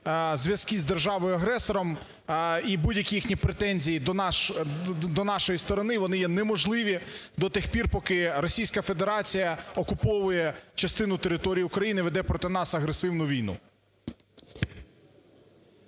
зв'язки з державою-агресором і будь-які їхні претензії до нашої сторони, вони є неможливі до тих пір, поки Російська Федерація окуповує частину території України, веде проти нас агресивну війну.